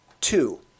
Two